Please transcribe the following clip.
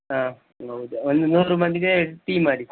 ಹಾಂ ಒಂದು ನೂರು ಮಂದಿಗೆ ಟೀ ಮಾಡಿ